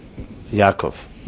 Yaakov